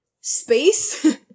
space